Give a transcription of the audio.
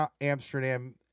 Amsterdam